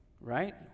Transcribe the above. right